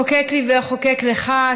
חוקק לי ואחוקק לך,